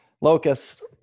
Locust